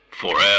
Forever